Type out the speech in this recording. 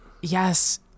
yes